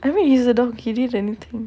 every user don't give it anything